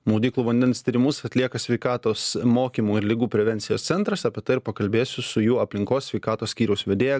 maudyklų vandens tyrimus atlieka sveikatos mokymo ir ligų prevencijos centras apie tai ir pakalbėsiu su jų aplinkos sveikatos skyriaus vedėja